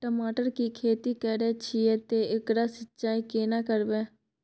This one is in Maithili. टमाटर की खेती करे छिये ते एकरा सिंचाई केना करबै?